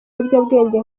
ibiyobyabwenge